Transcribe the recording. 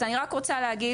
אז אני רק רוצה להגיד.